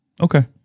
Okay